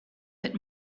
but